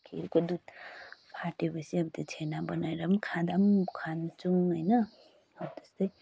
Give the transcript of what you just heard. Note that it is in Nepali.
खिरको दुध फाटेपछि अब त्यो छेना बनाएर पनि खाँदा पनि म खान्छौँ होइन अब त्यस्तै